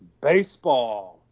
Baseball